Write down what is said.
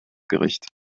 gericht